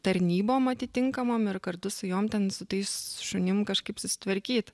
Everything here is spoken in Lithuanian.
tarnybom atitinkamom ir kartu su jom ten su tais šunim kažkaip susitvarkyt